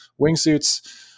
wingsuits